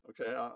Okay